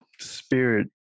spirit